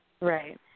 Right